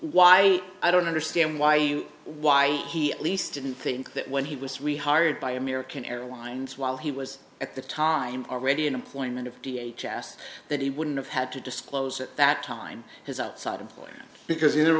why i don't understand why you why he at least didn't think that when he was rehired by american airlines while he was at the time already in employment of v h s that he wouldn't have had to disclose at that time his outside employee because he never